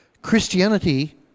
Christianity